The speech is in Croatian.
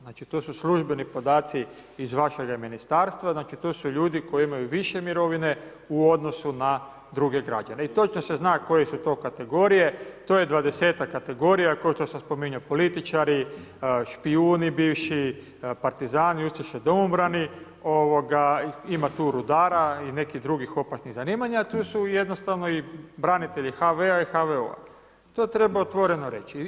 Znači, to su službeni podaci iz vašega ministarstva, znači tu su ljudi koji imaju više mirovine u odnosu na druge građane i točno se zna koje su to kategorije, to je 20-ak kategorija kao što sam spominjao, političari, špijuni bivši, partizani, ustaše, domobrani, ima tu rudara i nekih drugih opasnih zanimanja, a tu su jednostavno i branitelji HV-a i HVO-a, to treba otvoreno reći.